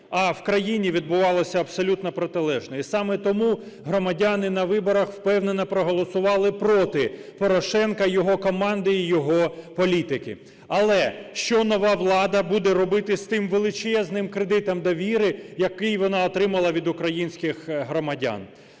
а в країні відбувалося абсолютно протилежне. І саме тому громадяни на виборах впевнено проголосували проти Порошенка, його команди і його політики. Але, що нова влада буде робити з тим величезним кредитом довіри, який вона отримала від українських громадян?